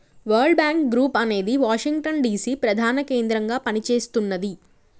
world bank group అనేది Washington DC ప్రధాన కేంద్రంగా పనిచేస్తున్నది